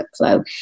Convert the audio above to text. workflow